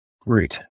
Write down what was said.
Great